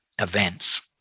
events